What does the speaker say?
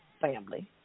family